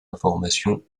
information